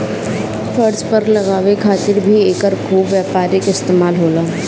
फर्श पर लगावे खातिर भी एकर खूब व्यापारिक इस्तेमाल होला